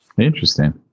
Interesting